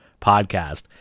podcast